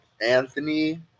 Anthony